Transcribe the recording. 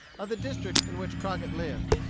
of the district in which crockett lived.